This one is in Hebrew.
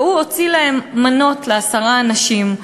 והוא הוציא להם מנות לעשרה אנשים.